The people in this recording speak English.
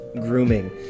grooming